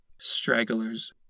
Stragglers